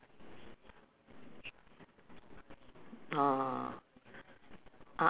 but they the price in jurong is slightly higher because of the gas